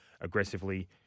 aggressively